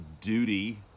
duty